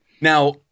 Now